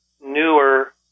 newer